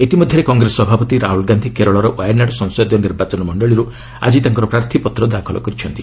ଇତିମଧ୍ୟରେ କଂଗ୍ରେସ ସଭାପତି ରାହୁଲ ଗାନ୍ଧି କେରଳର ୱାୟାନାଡ୍ ସଂସଦୀୟ ନିର୍ବାଚନ ମଣ୍ଡଳୀରୁ ଆଜି ତାଙ୍କର ପ୍ରାର୍ଥୀପତ୍ର ଦାଖଲ କରିଛନ୍ତି